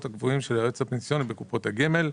הקבועים של היועץ הפנסיוני בקופות הגמל.